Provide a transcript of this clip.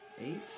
Eight